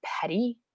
petty